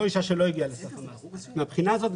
מהבחינה הזאת,